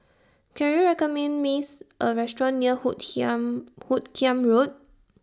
Can YOU recommend Miss A Restaurant near Hoot Kiam Hoot Kiam Road